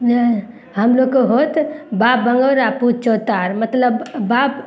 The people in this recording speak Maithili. नै हमलोगके होत बाप बङ्गौर आ पूत चौतार मतलब बाप